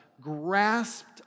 grasped